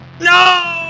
No